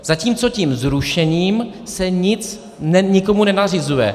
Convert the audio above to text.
Zatímco tím zrušením se nic nikomu nenařizuje.